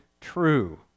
true